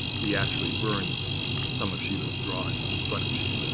he actually burns some of schiele's drawings in front of schiele, ah